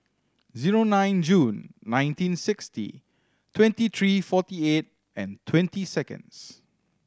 zero nine June nineteen sixty twenty three forty eight and twenty seconds